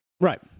right